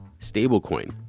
stablecoin